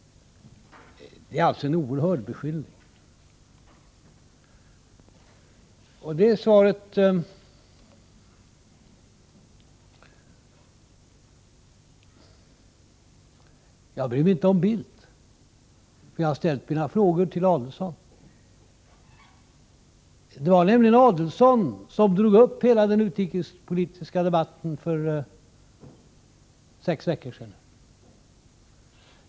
Det är alltså en oerhörd beskyllning. Jag bryr mig inte om Bildt, för jag har ställt mina frågor till Adelsohn. Det var nämligen Adelsohn som drog upp hela den utrikespolitiska debatten för sex veckor sedan.